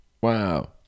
Wow